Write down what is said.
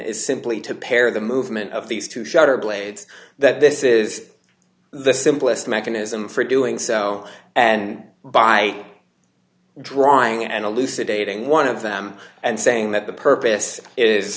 is simply to pair the movement of these two shutter blades that this is the simplest mechanism for doing so and by drawing and elucidating one of them and saying that the purpose is